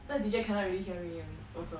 the teacher cannot really hear me also